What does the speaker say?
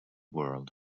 world